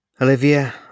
Olivia